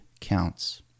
counts